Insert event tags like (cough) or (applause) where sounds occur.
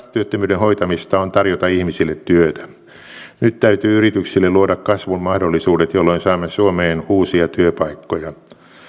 (unintelligible) työttömyyden hoitamista on tarjota ihmisille työtä nyt täytyy yrityksille luoda kasvun mahdollisuudet jolloin saamme suomeen uusia työpaikkoja